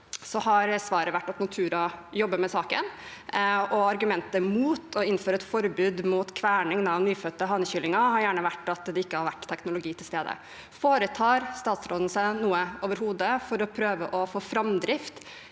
svaret vært at Nortura jobber med saken. Argumentet mot å innføre et forbud mot kverning av nyfødte hanekyllinger har gjerne vært at det ikke har vært teknologi til stede. Foretar statsråden seg noe overhodet for å prøve å få framdrift